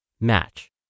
Match